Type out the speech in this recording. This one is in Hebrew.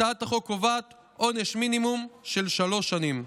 הצעת החוק קובעת עונש מינימום של שלוש שנים.